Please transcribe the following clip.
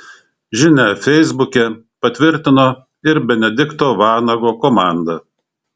žinią feisbuke patvirtino ir benedikto vanago komanda